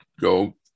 go